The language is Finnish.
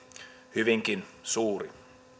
hyvinkin suuri